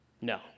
No